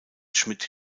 schmidt